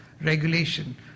regulation